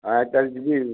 ତାହେଲେ ଯିବି